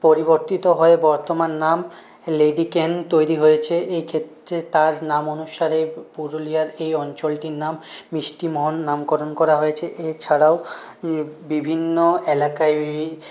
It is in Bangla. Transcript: পরিবর্তিত হয়ে বর্তমান নাম লেডিকেন তৈরি হয়েছে এক্ষেত্রে তার নাম অনুসারে পুরুলিয়ার এই অঞ্চলটির নাম মিষ্টিমহল নামকরণ করা হয়েছে এছাড়াও বিভিন্ন এলাকায়